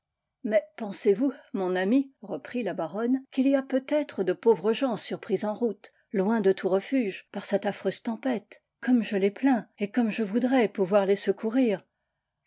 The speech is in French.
mais pensez-vous mon ami reprit la baronne qu'il y a peut-être de pauvres gens surpris en route loin de tout refuge par cette affreuse tempête comme je les plains et comme je voudrais pouvoir les secourir